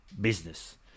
business